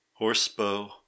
horsebow